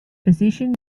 physician